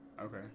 Okay